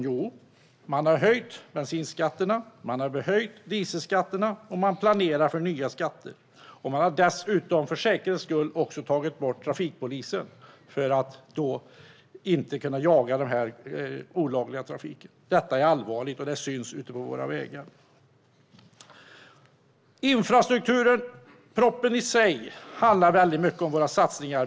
Jo, man har höjt bensinskatterna, man har höjt dieselskatterna och man planerar för nya skatter. För säkerhets skulle har man dessutom tagit bort trafikpolisen, så att den olagliga trafiken inte kan jagas. Detta är allvarligt, och det syns ute på våra vägar. Infrastrukturpropositionen i sig handlar mycket om våra satsningar.